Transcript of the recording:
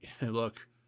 Look